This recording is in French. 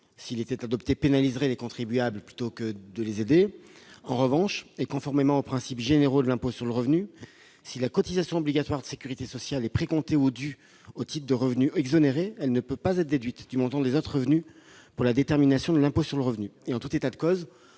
cet amendement pénaliserait donc les contribuables concernés plutôt que de les aider. En revanche, conformément aux principes généraux de l'impôt sur le revenu, si la cotisation obligatoire de sécurité sociale est précomptée au dû, au titre de revenu exonéré, elle ne peut pas être déduite du montant des autres revenus pour la détermination de l'impôt sur le revenu. En tout état de cause,